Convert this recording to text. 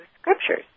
Scriptures